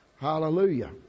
Hallelujah